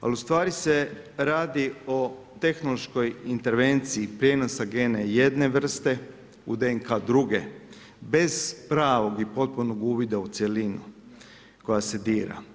Ali ustvari se radi o tehnološkoj intervenciji prijenosa gena jedne vrste u DNK druge bez pravog i potpunog uvoda u cjelini koja se dira.